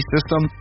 System